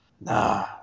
nah